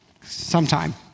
Sometime